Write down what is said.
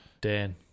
Dan